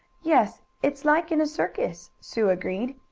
yes, it's like in a circus, sue agreed.